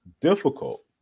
difficult